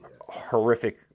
horrific